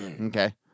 Okay